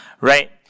right